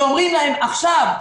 כי אומרים להם: עכשיו,